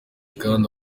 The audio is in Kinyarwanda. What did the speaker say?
kandi